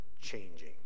changing